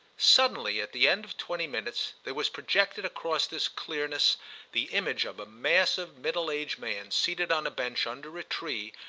suddenly, at the end of twenty minutes, there was projected across this clearness the image of a massive middle-aged man seated on a bench under a tree,